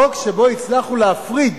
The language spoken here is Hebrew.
חוק שבו הצלחנו להפריד